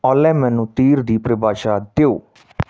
ਔਲੇ ਮੈਨੂੰ ਤੀਰ ਦੀ ਪਰਿਭਾਸ਼ਾ ਦਿਓ